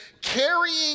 carrying